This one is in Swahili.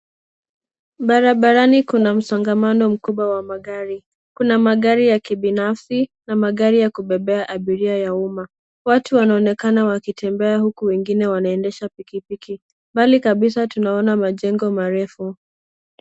Barabarani kuna msongamano mkubwa wa magari. Kuna magari ya kibinafsi na magari ya kubebea abiria ya umma. Watu wanaonekana wakitembea uku wengine wanaendesha pikipiki. Mbali kabisa tunaona majengo marefu.